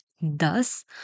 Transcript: Thus